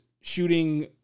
shooting